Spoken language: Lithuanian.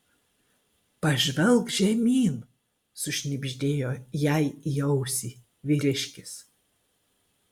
pažvelk žemyn sušnibždėjo jai į ausį vyriškis